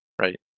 Right